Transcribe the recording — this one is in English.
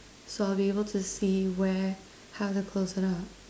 so I'll be able to see where how to close it up